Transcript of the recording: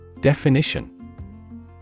Definition